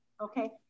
okay